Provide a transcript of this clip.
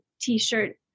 t-shirt